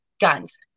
guns